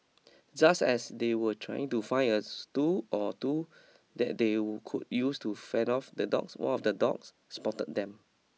just as they were trying to find a stool or two that they will could use to fend off the dogs one of the dogs spotted them